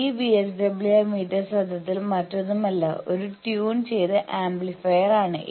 ഈ VSWR meter സത്യത്തിൽ മറ്റൊന്നുമല്ല ഒരു ട്യൂൺ ചെയ്ത ആംപ്ലിഫയർ ആണ്